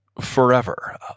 forever